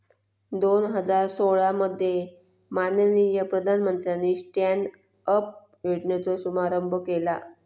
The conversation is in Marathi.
दोन हजार सोळा मध्ये माननीय प्रधानमंत्र्यानी स्टॅन्ड अप योजनेचो शुभारंभ केला